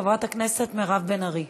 חברת הכנסת מירב בן ארי,